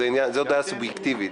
זו דעה סובייקטיבית.